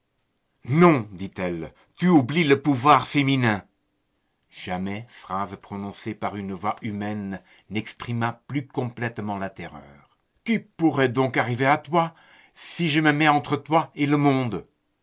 non dit-elle tu oublies le pouvoir féminin jamais phrase prononcée par une voix humaine n'exprima plus complètement la terreur qui pourrait donc arriver à toi si je me mets entre toi et le monde